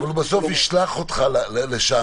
אבל הוא בסוף ישלח אותך לשם,